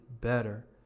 better